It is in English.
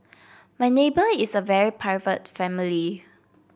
my neighbour is a very private family